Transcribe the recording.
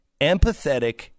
empathetic